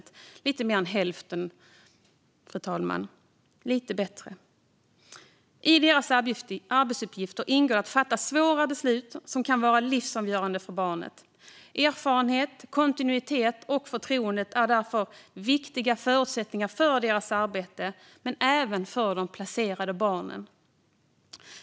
Det är lite mer än hälften - lite bättre. I handläggarnas arbetsuppgifter ingår att fatta svåra beslut som kan vara livsavgörande för barnet. Erfarenhet, kontinuitet och förtroende är därför viktiga förutsättningar för deras arbete och även för de placerade barnen.